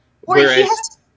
Whereas